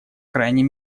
крайней